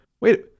wait